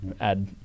add